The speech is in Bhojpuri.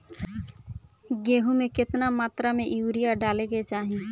गेहूँ में केतना मात्रा में यूरिया डाले के चाही?